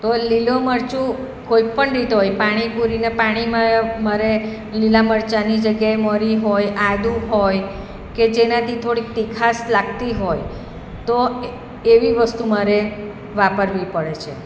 તો લીલું મરચું કોઈપણ રીતે હોય પાણીપુરીના પાણીમાં મારે લીલા મરચાંની જગ્યાએ મરી હોય આદું હોય કે જેનાથી થોડીક તીખાશ લાગતી હોય તો એવી વસ્તુ મારે વાપરવી પડે છે